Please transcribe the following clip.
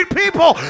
people